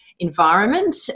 environment